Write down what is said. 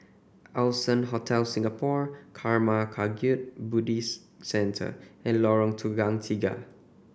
Allson Hotel Singapore Karma Kagyud Buddhist Centre and Lorong Tukang Tiga